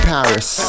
Paris